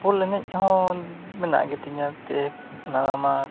ᱵᱚᱞ ᱮᱱᱮᱡ ᱦᱚᱸ ᱢᱮᱱᱟᱜ ᱜᱮᱛᱤᱧᱟ ᱮᱱᱛᱮᱫ ᱱᱟᱣᱟ ᱱᱟᱣᱟ